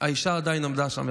והאישה עדיין עמדה שם.